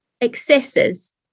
excesses